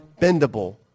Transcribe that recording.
bendable